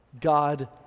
God